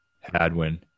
Hadwin